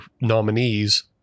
nominees